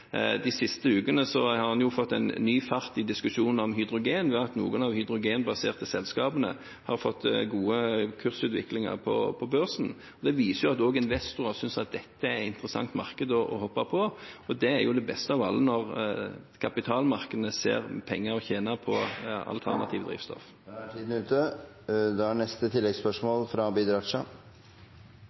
de siste ukene har blitt ny fart i diskusjonen om hydrogen ved at noen av de hydrogenbaserte selskapene har fått god kursutvikling på børsen. Det viser jo at også investorer synes dette er et interessant marked å hoppe inn i. Det er jo det beste av alt, at kapitalkreftene ser at det er penger å tjene på alternative drivstoff. Abid Q. Raja – til oppfølgingsspørsmål. En stor andel av trafikken på Gardermoen er